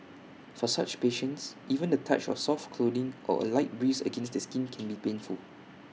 for such patients even the touch of soft clothing or A light breeze against the skin can be painful